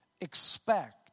Expect